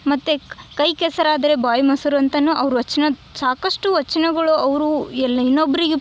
ಮತ್ತು ಕೈ ಕೆಸರಾದರೆ ಬಾಯಿ ಮೊಸರು ಅಂತನು ಅವ್ರ ವಚನ ಸಾಕಷ್ಟು ವಚನಗಳು ಅವರು ಎಲ್ಲಿ ಇನ್ನೊಬ್ರಿಗೆ